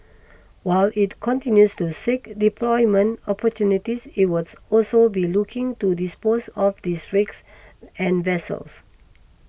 while it continues to seek deployment opportunities it was also be looking to dispose of these rigs and vessels